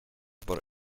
por